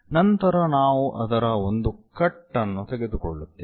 ನಂತರ ನಾವು ಅದರ ಒಂದು ಕಟ್ ಅನ್ನು ತೆಗೆದುಕೊಳ್ಳುತ್ತೇವೆ